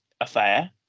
affair